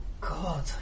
god